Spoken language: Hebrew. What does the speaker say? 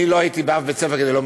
--- אני לא הייתי באף בית ספר כדי לומר